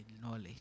knowledge